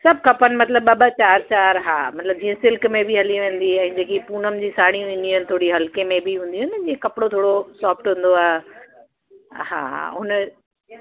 सभु खपनि मतिलबु ॿ ॿ चारि चारि हा मतिलबु जीअं सिल्क में बि हली वेंदी ऐं जेकी पूनम जी साड़ियूं ईंदियूं आहिनि थोरी हल्के में बि हूंदियूं आहिनि न जीअं कपड़ो थोरो सॉफ्ट हूंदो आहे हा हा उन